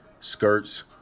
skirts